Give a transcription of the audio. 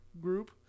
group